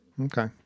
okay